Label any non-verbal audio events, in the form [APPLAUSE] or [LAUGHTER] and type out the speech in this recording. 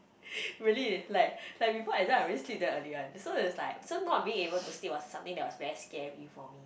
[BREATH] really like like before exam I really sleep damn early [one] so not being able to sleep was something that was very scary for me